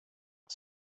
off